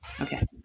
okay